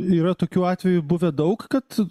yra tokių atvejų buvę daug kad